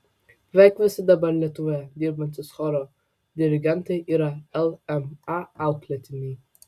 beveik visi dabar lietuvoje dirbantys choro dirigentai yra lma auklėtiniai